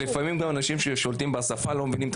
לפעמים גם אנשים ששולטים בשפה לא מבינים את